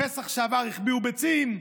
בפסח שעבר החביאו ביצים.